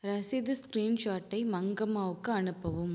ரசீது ஸ்கிரீன்ஷாட்டை மங்கம்மாவுக்கு அனுப்பவும்